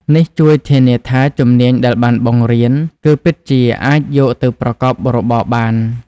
នេះជួយធានាថាជំនាញដែលបានបង្រៀនគឺពិតជាអាចយកទៅប្រកបរបរបាន។